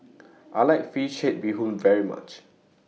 I like Fish Head Bee Hoon very much